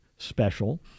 special